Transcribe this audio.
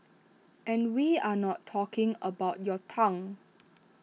and we are not talking about your tongue